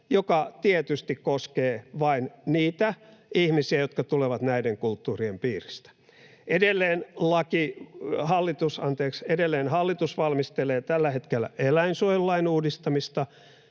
joka tietysti koskee vain niitä ihmisiä, jotka tulevat näiden kulttuurien piiristä. Edelleen hallitus valmistelee tällä hetkellä eläinsuojelulain uudistamisesta,